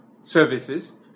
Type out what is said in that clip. services